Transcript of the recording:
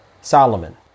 Solomon